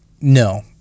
No